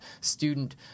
student—